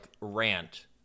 rant